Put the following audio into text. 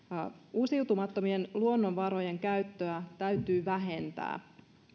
uusiutumattomien luonnonvarojen käyttöä täytyy vähentää